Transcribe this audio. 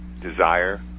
desire